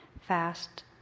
fast